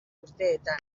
urteetan